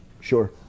Sure